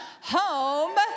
home